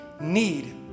need